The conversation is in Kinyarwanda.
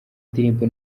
ndirimbo